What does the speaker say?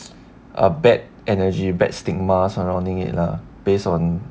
a bad energy bad stigma surrounding it ah based on